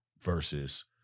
versus